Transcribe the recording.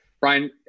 Brian